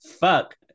fuck